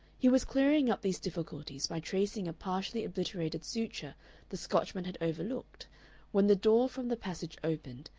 he was clearing up these difficulties by tracing a partially obliterated suture the scotchman had overlooked when the door from the passage opened,